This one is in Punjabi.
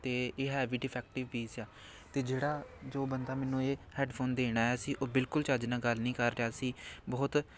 ਅਤੇ ਇਹ ਹੈ ਵੀ ਡੀਫੈਕਟਿਵ ਪੀਸ ਆ ਅਤੇ ਜਿਹੜਾ ਜੋ ਬੰਦਾ ਮੈਨੂੰ ਇਹ ਹੈਡਫੋਨ ਦੇਣ ਆਇਆ ਸੀ ਉਹ ਬਿਲਕੁਲ ਚੱਜ ਨਾਲ ਗੱਲ ਨਹੀਂ ਕਰ ਰਿਹਾ ਸੀ ਬਹੁਤ